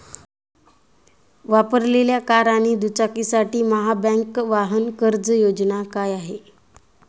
वापरलेल्या कार आणि दुचाकीसाठी महाबँक वाहन कर्ज योजना काय आहे?